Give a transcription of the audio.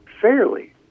fairly